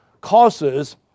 causes